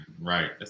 Right